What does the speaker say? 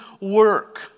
work